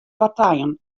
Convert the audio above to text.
partijen